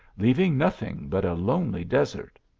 leaving nothing but a lonely desert.